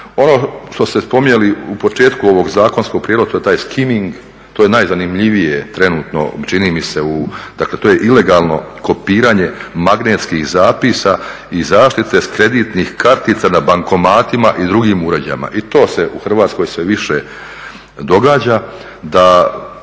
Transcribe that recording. Ono što ste spominjali u početku ovog zakonskog prijedloga to je taj skiming. To je najzanimljivije trenutno čini mi se, dakle to je ilegalno kopiranje magnetskih zapisa i zaštite s kreditnih kartica na bankomatima i drugim uređajima i to se u Hrvatskoj sve više događa da